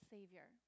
Savior